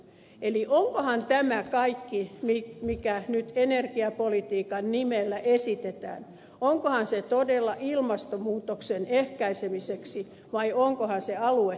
eli onkohan tämä kaikki mikä nyt energiapolitiikan nimellä esitetään onkohan se todella ilmastonmuutoksen ehkäisemiseksi vai onkohan se aluetukea